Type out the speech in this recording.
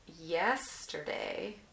yesterday